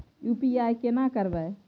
UPI केना करबे?